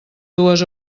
dues